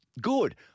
Good